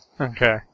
Okay